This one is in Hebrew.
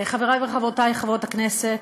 חברי וחברותי חברות הכנסת,